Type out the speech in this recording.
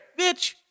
Bitch